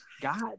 God